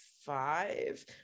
five